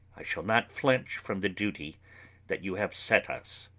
i shall not flinch from the duty that you have set us.